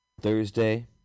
Thursday